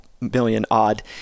million-odd